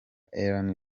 ellen